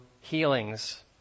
healings